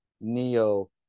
Neo